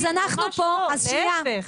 אז שנייה,